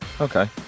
Okay